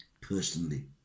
personally